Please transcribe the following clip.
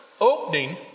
opening